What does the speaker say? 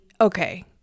okay